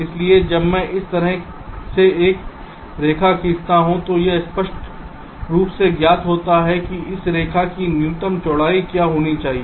इसलिए जब मैं इस तरह से एक रेखा खींचता हूं तो यह स्पष्ट रूप से ज्ञात होता है कि इस रेखा की न्यूनतम चौड़ाई क्या होनी चाहिए